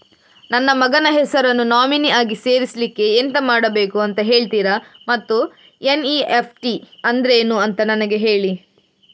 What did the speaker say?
ನನ್ನ ಮಗನ ಹೆಸರನ್ನು ನಾಮಿನಿ ಆಗಿ ಸೇರಿಸ್ಲಿಕ್ಕೆ ಎಂತ ಮಾಡಬೇಕು ಅಂತ ಹೇಳ್ತೀರಾ ಮತ್ತು ಎನ್.ಇ.ಎಫ್.ಟಿ ಅಂದ್ರೇನು ಅಂತ ನನಗೆ ಹೇಳಿ